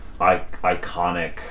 Iconic